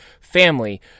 family